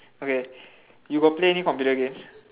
okay you got play any computer games